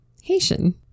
Haitian